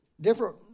different